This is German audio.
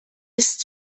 ist